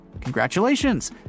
Congratulations